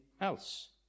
else